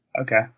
Okay